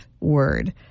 word